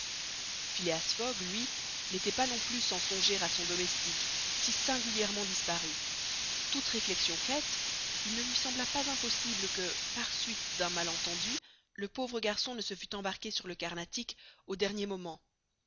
phileas fogg lui n'était pas non plus sans songer à son domestique si singulièrement disparu toutes réflexions faites il ne lui sembla pas impossible que par suite d'un malentendu le pauvre garçon ne se fût embarqué sur le carnatic au dernier moment